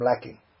lacking